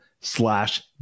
slash